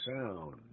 sound